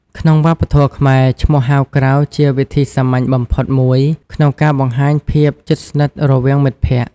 ក្នុងវប្បធម៌ខ្មែរ ឈ្មោះហៅក្រៅជាវិធីសាមញ្ញបំផុតមួយក្នុងការបង្ហាញភាពជិតស្និទ្ធរវាងមិត្តភក្តិ។